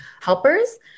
helpers